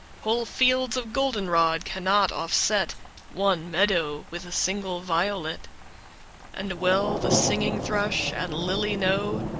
whole fields of golden-rod cannot offset one meadow with a single violet and well the singing thrush and lily know,